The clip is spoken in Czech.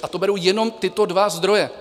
A to beru jenom tyto dva zdroje.